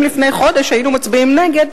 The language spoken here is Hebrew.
אם לפני חודש היינו מצביעים נגד,